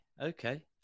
okay